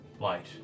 light